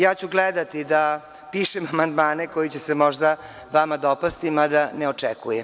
Ja ću gledati da pišem amandmane koji će se možda vama dopasti, mada ne očekujem.